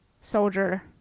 soldier